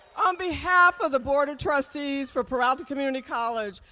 on behalf of the board of trustees for peralta community college,